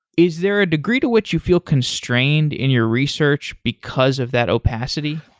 is there a degree to which you feel constrained in your research because of that opacity?